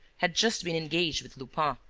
had just been engaged with lupin,